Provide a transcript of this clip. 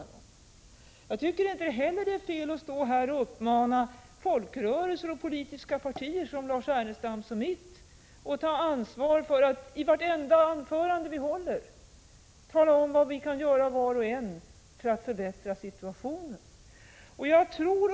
Jag tycker inte heller att det är fel att uppmana folkrörelser och politiska partier som Lars Ernestams och mitt att ta sitt ansvar. I vartenda anförande vi håller bör vi tala om vad var och en kan göra för att förbättra situationen.